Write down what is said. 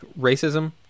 racism